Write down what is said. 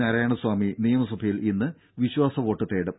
നാരായണസ്വാമി നിയമസഭയിൽ ഇന്ന് വിശ്വാസ വോട്ട് തേടും